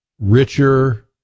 richer